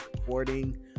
recording